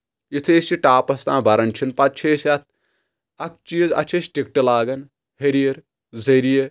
یُتھے أسۍ یہِ ٹاپس تانۍ بران چھِنۍ پتہٕ چھِ أسۍ اتھ اکھ چیٖز اتھ چھِ أسۍ ٹِکٹہٕ لاگان ۂریٖر ذٔریعہٕ